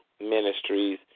Ministries